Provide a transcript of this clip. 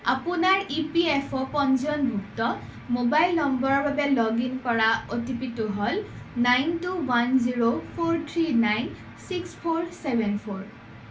আপোনাৰ ইপিএফঅ' পঞ্জীয়নভুক্ত মোবাইল নম্বৰৰ বাবে লগ ইন কৰা অ'টিপিটো হ'ল nine two one zero four three nine six four seven four